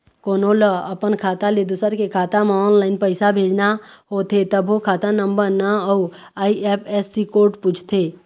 कोनो ल अपन खाता ले दूसर के खाता म ऑनलाईन पइसा भेजना होथे तभो खाता नंबर, नांव अउ आई.एफ.एस.सी कोड पूछथे